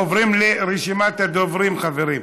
עוברים לרשימת הדוברים, חברים.